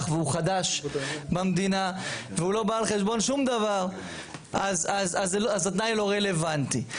והוא חדש במדינה והוא לא בא על חשבון שום דבר אז התנאי לא רלוונטי.